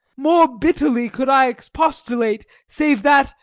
more bitterly could i expostulate, save that,